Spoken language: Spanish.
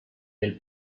del